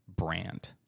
brand